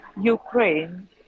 Ukraine